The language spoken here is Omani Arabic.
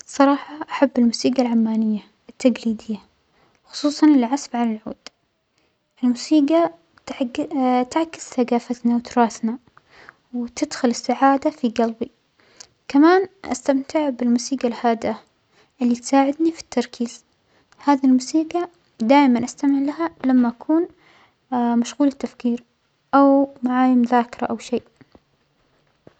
الصراحة أحب الموسيجى العمانية التقليدية وخصوصا العزف على العود، الموسيجى وعج-تعكس ثقافتنا وتراثنا وتدخل السعادة في جلبى، كمان أستمتع بالموسيجى الهادئة الاا الفلى تساعدنى فى التركيز، هذه الموسيجى دائما أستمع لها لما أكون مشغولة التفكير أو معايا مذاكرة أو شيء.